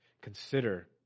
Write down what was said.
Consider